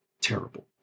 terrible